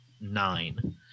nine